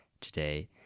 today